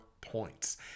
points